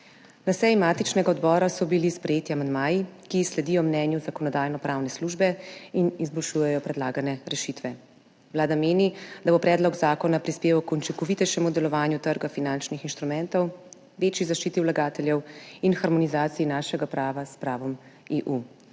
Na seji matičnega odbora so bili sprejeti amandmaji, ki sledijo mnenju Zakonodajno-pravne službe in izboljšujejo predlagane rešitve. Vlada meni, da bo predlog zakona prispeval k učinkovitejšemu delovanju trga finančnih instrumentov, večji zaščiti vlagateljev in harmonizaciji našega prava s pravom EU.